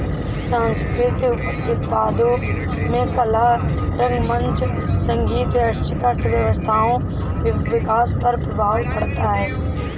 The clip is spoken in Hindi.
सांस्कृतिक उत्पादों में कला रंगमंच संगीत वैश्विक अर्थव्यवस्थाओं विकास पर प्रभाव पड़ता है